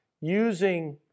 using